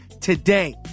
today